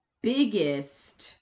biggest